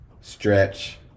stretch